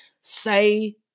say